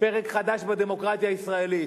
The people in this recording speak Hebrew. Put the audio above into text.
פרק חדש בדמוקרטיה הישראלית.